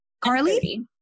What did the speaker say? carly